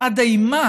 עד אימה